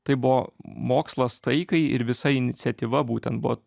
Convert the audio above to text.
tai buvo mokslas taikai ir visa iniciatyva būtent buvo